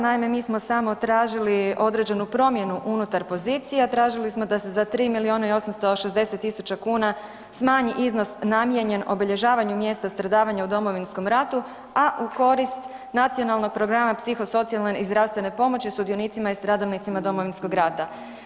Naime, mi smo samo tražili određenu promjenu unutar pozicije, tražili smo da se za 3 milijuna i 860 tisuća kuna smanji iznos namijenjen obilježavanju mjesta stradavanja u Domovinskom ratu, a u korist nacionalnog programa psihosocijalne i zdravstvene pomoći sudionicima i stradalnicima Domovinskog rata.